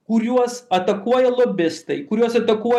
kuriuos atakuoja lobistai kuriuos atakuoja